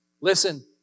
Listen